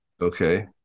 Okay